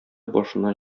башына